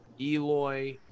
Eloy